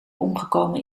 omgekomen